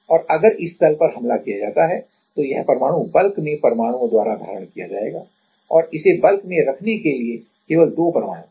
और अगर इस तल पर हमला किया जाता है तो यह परमाणु बल्क में परमाणुओं द्वारा धारण किया जाएगा और इसे बल्क में रखने के लिए केवल 2 परमाणु हैं